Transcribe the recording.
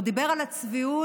הוא דיבר על הצביעות